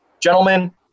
Gentlemen